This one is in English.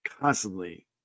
constantly